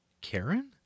Karen